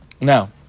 now